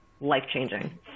life-changing